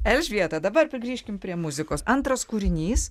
elžbieta dabar pri grįžkim prie muzikos antras kūrinys